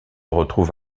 retrouve